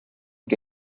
que